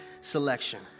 selection